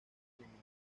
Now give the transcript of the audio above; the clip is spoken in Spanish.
eliminar